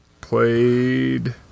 Played